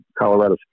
Colorado